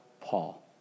Paul